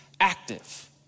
active